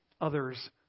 others